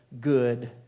good